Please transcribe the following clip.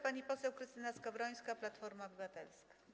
Pani poseł Krystyna Skowrońska, Platforma Obywatelska.